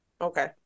Okay